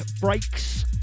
Breaks